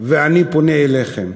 ואני פונה אליכם: